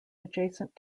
adjacent